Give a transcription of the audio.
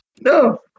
No